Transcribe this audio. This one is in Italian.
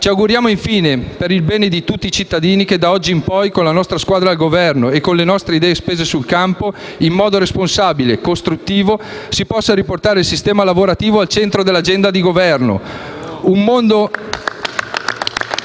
Ci auguriamo, infine, per il bene di tutti i cittadini, che da oggi in poi, con la nostra squadra al Governo e con le nostre idee spese sul campo, in modo responsabile e costruttivo si possa riportare il sistema lavorativo al centro dell'agenda di Governo e il mondo